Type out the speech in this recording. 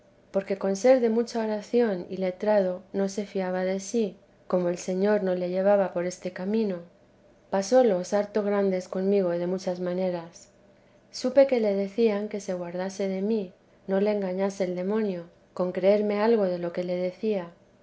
porque con ser de mucha oración y letrado no se fiaba de sí como el señor no le llevaba por este camino pasólos harto grandes conmigo de muchas maneras supe que le decían que se guardase de mí no le engañase el demonio con creerme algo de lo que le decía